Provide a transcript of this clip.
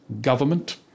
government